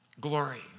Glory